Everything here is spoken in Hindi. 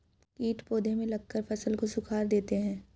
कीट पौधे में लगकर फसल को सुखा देते हैं